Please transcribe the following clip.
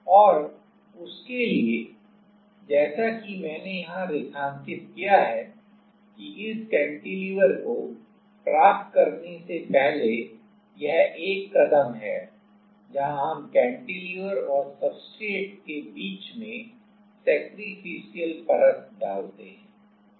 और उसके लिए जैसा कि मैंने यहां रेखांकित किया है कि इस कैंटिलीवर को प्राप्त करने से पहले यह एक कदम है जहां हम कैंटिलीवर और सब्सट्रेट के बीच में सेक्रिफिसीयल परत डालते है